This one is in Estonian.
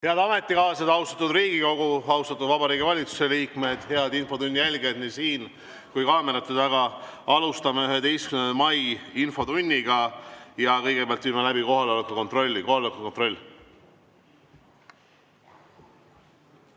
Head ametikaaslased! Austatud Riigikogu! Austatud Vabariigi Valitsuse liikmed! Head infotunni jälgijad nii siin kui ka kaamerate taga! Alustame 11. mai infotundi ja kõigepealt viime läbi kohaloleku kontrolli.